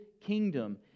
kingdom